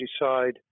decide